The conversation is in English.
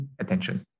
attention